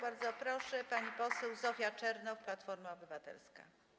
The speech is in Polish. Bardzo proszę, pani poseł Zofia Czernow, Platforma Obywatelska.